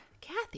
Kathy